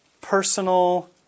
personal